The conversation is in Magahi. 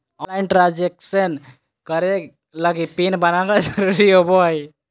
ऑनलाइन ट्रान्सजक्सेन करे लगी पिन बनाना जरुरी होबो हइ